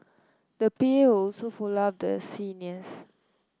the P A will also follow up with the seniors